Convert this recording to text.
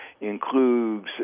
includes